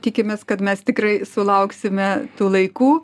tikimės kad mes tikrai sulauksime tų laikų